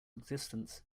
existence